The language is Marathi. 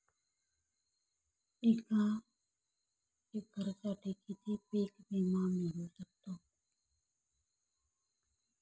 एका एकरसाठी किती पीक विमा मिळू शकतो?